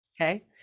okay